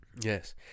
Yes